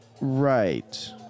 Right